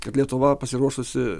kad lietuva pasiruošusi